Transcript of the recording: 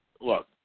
Look